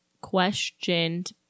questioned